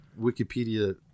Wikipedia